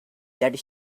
that